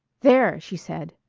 there! she said,